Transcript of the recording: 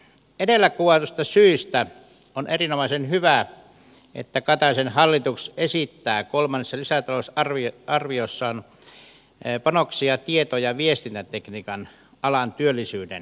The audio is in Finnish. edellä kuvatuista syistä on erinomaisen hyvä että kataisen hallitus esittää kolmen sysätä osa arvi arvio kolmannessa lisätalousarviossaan panoksia tieto ja viestintätekniikan alan työllisyyden turvaamiseksi